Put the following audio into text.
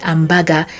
Ambaga